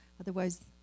Otherwise